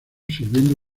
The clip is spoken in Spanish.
sirviendo